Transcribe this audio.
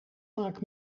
vaak